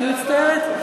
אני מצטערת,